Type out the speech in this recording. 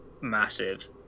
massive